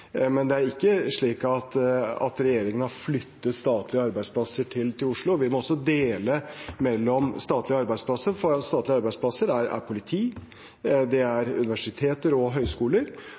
men det er ikke slik at regjeringen flytter statlige arbeidsplasser til Oslo. Vi må også skille mellom statlige arbeidsplasser, for statlige arbeidsplasser er politi, det er universiteter og høyskoler,